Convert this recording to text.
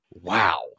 Wow